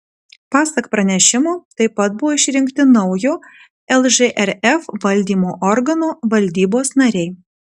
pasak pranešimo taip pat buvo išrinkti naujo lžrf valdymo organo valdybos nariai